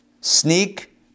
Sneak